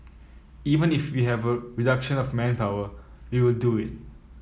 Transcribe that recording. even if we have a reduction of manpower we will do it